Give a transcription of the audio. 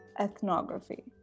ethnography